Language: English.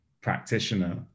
practitioner